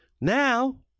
now